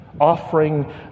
offering